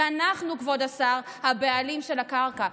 ואנחנו, כבוד השר, הבעלים של הקרקע.